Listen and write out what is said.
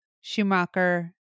Schumacher